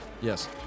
Yes